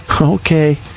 Okay